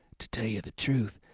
to tell you the truth,